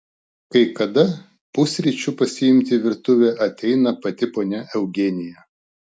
kai kada pusryčių pasiimti į virtuvę ateina pati ponia eugenija